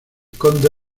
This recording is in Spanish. conde